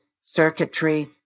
circuitry